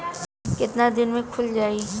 कितना दिन में खुल जाई?